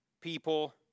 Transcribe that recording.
people